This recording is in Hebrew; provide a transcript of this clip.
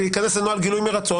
וייכנס לנוהל גילוי מרצון.